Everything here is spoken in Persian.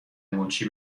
مچی